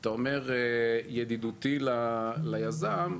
אתה אומר ידידותי ליזם,